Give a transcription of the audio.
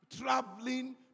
traveling